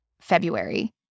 February